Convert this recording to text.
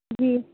جی